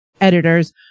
editors